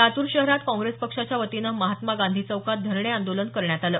लातूर शहरात काँग्रेस पक्षाच्या वतीनं महात्मा गांधी चौकात धरणे आंदोलन करण्यात आलं